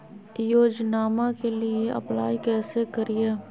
योजनामा के लिए अप्लाई कैसे करिए?